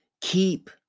keep